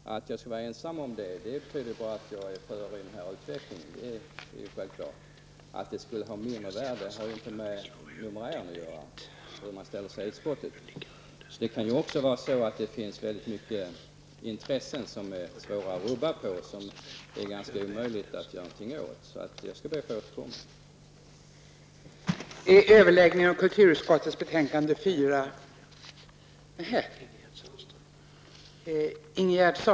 Fru talman! Att jag är ensam om mina åsikter tyder på att jag är före när det gäller den här utvecklingen. Det är självklart. Att detta skulle ha mindre värde har inte att göra med hur man ställer sig i utskottet i olika ärenden. Det kan också vara så att det finns många intressen som är svåra att rubba på och att göra någonting åt. Jag skall be att få återkomma i detta ärende.